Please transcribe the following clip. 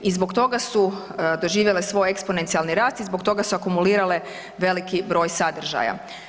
I zbog toga su doživjele svoj eksponencijalni rast i zbog toga su akumulirale veliki broj sadržaja.